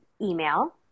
email